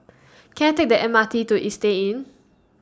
Can I Take The M R T to Istay Inn